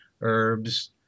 herbs